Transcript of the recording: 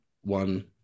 one